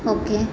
okay